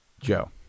Joe